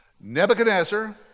Nebuchadnezzar